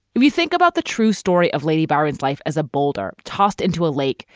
if you think about the true story of lady byron's life as a boulder tossed into a lake,